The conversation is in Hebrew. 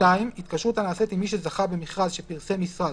(2)התקשרות הנעשית עם מי שזכה במכרז שפרסם משרד,